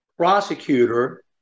Prosecutor